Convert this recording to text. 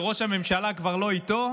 הוא הבין שראש הממשלה כבר לא איתו.